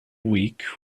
weak